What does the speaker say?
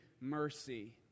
mercy